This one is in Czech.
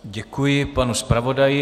Děkuji panu zpravodaji.